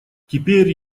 теперь